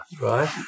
right